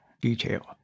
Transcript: detail